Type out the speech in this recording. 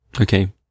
okay